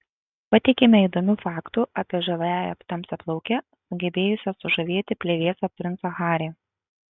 pateikiame įdomių faktų apie žaviąją tamsiaplaukę sugebėjusią sužavėti plevėsą princą harry